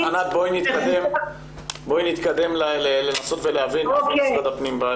--- בואי נתקדם לנסות להבין איפה משרד הפנים בעניין.